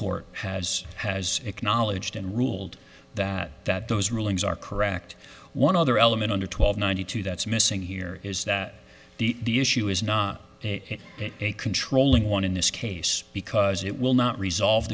court has has acknowledged and ruled that that those rulings are correct one other element under twelve ninety two that's missing here is that the the issue is not a controlling one in this case because it will not resolve